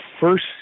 first